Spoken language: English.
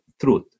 truth